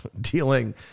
dealing